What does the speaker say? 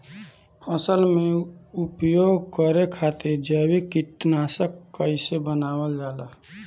फसल में उपयोग करे खातिर जैविक कीटनाशक कइसे बनावल जाला?